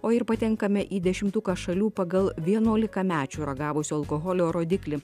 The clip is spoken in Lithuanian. o ir patenkame į dešimtuką šalių pagal vienuolikamečių ragavusių alkoholio rodiklį